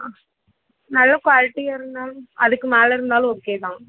ஆ நல்ல குவாலிட்டியாக இருந்தாலும் அதுக்கு மேலே இருந்தாலும் ஓகேதான்